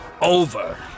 over